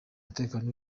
umutekano